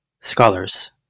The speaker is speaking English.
scholars